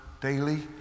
daily